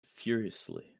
furiously